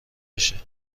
بشه